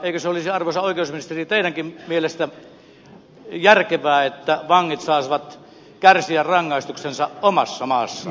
eikö se olisi arvoisa oikeusministeri teidänkin mielestänne järkevää että vangit saisivat kärsiä rangaistuksensa omassa maassaan